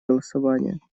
голосования